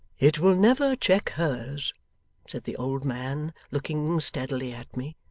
it will never check hers said the old man looking steadily at me,